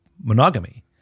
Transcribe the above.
monogamy